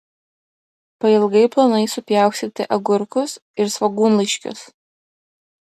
pailgai plonai supjaustyti agurkus ir svogūnlaiškius